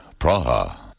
Praha